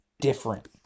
different